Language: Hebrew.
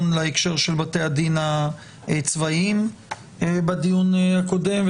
להקשר של בתי הדין הצבאיים בדיון הקודם.